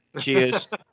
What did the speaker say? Cheers